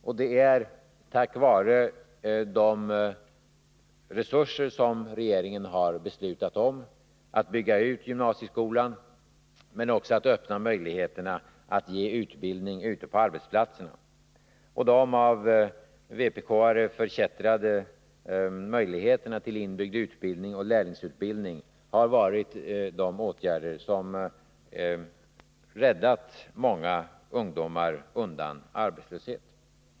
Det kan ske tack vare de resurser som regeringen har beslutat om för att bygga ut gymnasieskolan och även öppna möjligheter att ge utbildning ute på arbetsplatserna. De av vpk:are förkättrade möjligheterna till inbyggd utbildning och lärlingsutbildning har varit de åtgärder som räddat många ungdomar undan arbetslöshet.